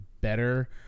better